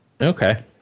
Okay